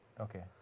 Okay